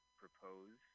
propose